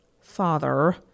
father